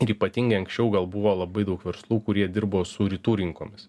ir ypatingai anksčiau gal buvo labai daug verslų kurie dirbo su rytų rinkomis